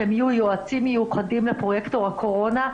שהם יהיו יועצים מיוחדים לפרויקטור הקורונה,